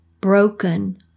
broken